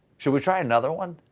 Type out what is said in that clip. should we try another one.